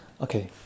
okay